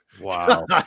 Wow